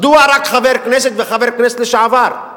מדוע רק חבר הכנסת וחבר הכנסת לשעבר?